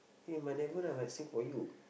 eh my never I'm like sing for you